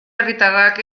herritarrak